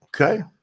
okay